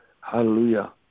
Hallelujah